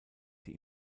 sie